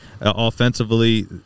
offensively